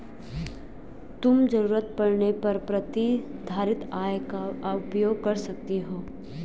तुम ज़रूरत पड़ने पर प्रतिधारित आय का उपयोग कर सकती हो